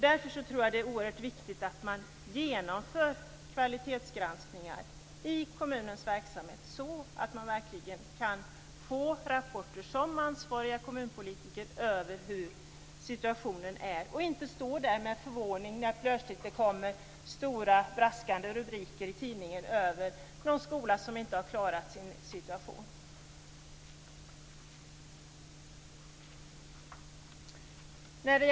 Därför är det oerhört viktigt att man gör kvalitetsgranskningar i kommunernas verksamhet så att ansvariga kommunpolitiker kan få rapporter om hur situationen är, så att de inte står förvånande när det plötsligt kommer stora, braskande rubriker i tidningen om någon skola som inte har klarat sin verksamhet.